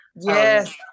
Yes